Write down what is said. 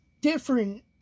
different